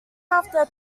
after